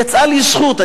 יצאה לי זכות,